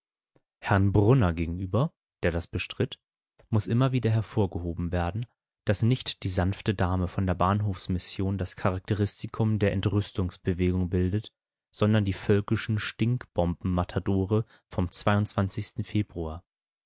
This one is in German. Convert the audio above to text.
herrn brunner gegenüber der das bestritt muß immer wieder hervorgehoben werden daß nicht die sanfte dame von der bahnhofsmission das charakteristikum der entrüstungsbewegung bildet sondern die völkischen stinkbomben-matadore vom februar